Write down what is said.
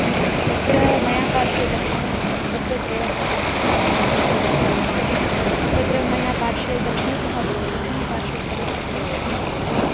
हा तत्र मया पार्श्वे दक्षिणः तत्र त्रयः स्थलमस्ति खलु त्र तिस्रः तत्र मया पार्श्वे दक्षिणतः का दक्षिणपार्श्वे कः अस्ति वा